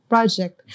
project